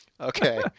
Okay